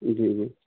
جی جی